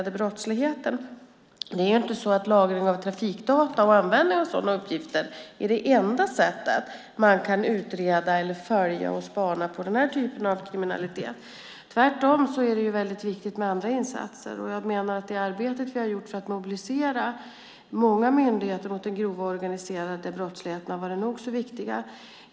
Det är inte så att lagring av trafikdata och användning av sådana uppgifter är det enda sättet man kan utreda eller följa och spana på den här typen av kriminalitet, tvärtom är det väldigt viktigt med andra insatser. Jag menar att det arbete vi har gjort för att mobilisera många myndigheter mot den grova och organiserade brottsligheten har varit nog så viktiga.